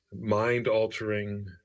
mind-altering